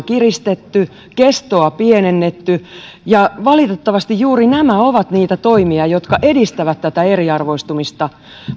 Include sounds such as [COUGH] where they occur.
[UNINTELLIGIBLE] kiristetty kestoa pienennetty ja valitettavasti juuri nämä ovat niitä toimia jotka edistävät tätä eriarvoistumista